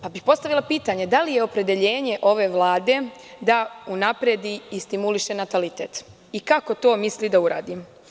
Postavila bih pitanje da li je opredeljenje ove Vlade unapredi i stimuliše natalitet i kako to misli da uradi?